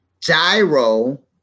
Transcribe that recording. Gyro